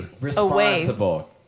responsible